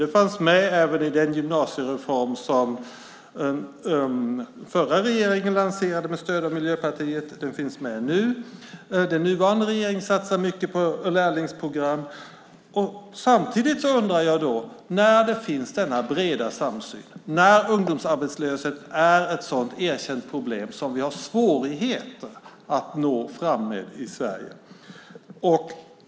Det fanns med även i den gymnasiereform som den förra regeringen lanserade med stöd av Miljöpartiet, och den finns med nu. Den nuvarande regeringen satsar mycket på lärlingsprogram. Det finns en bred samsyn. Ungdomsarbetslösheten är ett sådant erkänt problem som vi har svårt att komma till rätta med i Sverige.